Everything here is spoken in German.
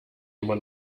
immer